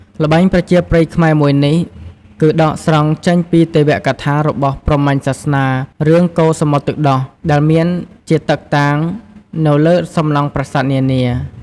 ល្បែងប្រជាប្រិយខ្មែរមួយនេះ គឺដកស្រង់ចេញពីទេវកថារបស់ព្រហ្មញ្ញសាសនា រឿង កូរសមុទ្រទឹកដោះ ដែលមានជាតឹកតាង នៅលើសំណង់ប្រាសាទនានា។